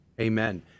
Amen